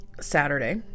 Saturday